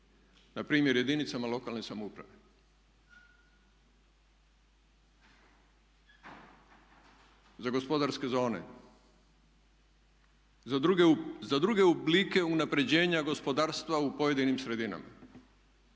npr. jedinicama lokalne samouprave za gospodarske zone, za druge oblike unapređenja gospodarstva u pojedinim sredinama.